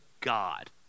God